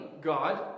God